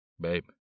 Babe